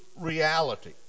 reality